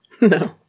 No